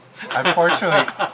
Unfortunately